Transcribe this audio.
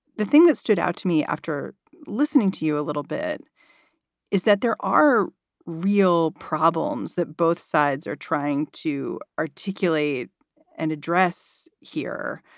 the thing that stood out to me after listening to you a little bit is that there are real problems that both sides are trying to articulate and address here,